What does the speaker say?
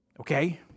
Okay